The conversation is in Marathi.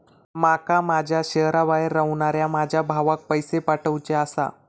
माका माझ्या शहराबाहेर रव्हनाऱ्या माझ्या भावाक पैसे पाठवुचे आसा